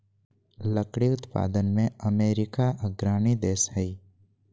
लकड़ी उत्पादन में अमेरिका अग्रणी देश हइ